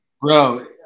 Bro